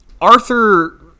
Arthur